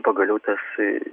pagaliau tas